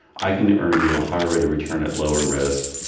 i can earn you a higher rate of return at lower risk.